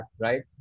right